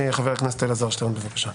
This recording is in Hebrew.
חבר הכנסת אלעזר שטרן, בבקשה.